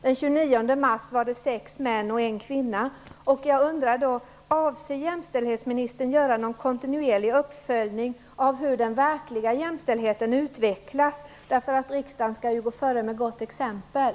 Den 29 Riksdagen skall ju gå före med gott exempel.